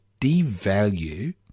devalue